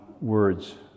words